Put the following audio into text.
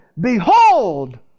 behold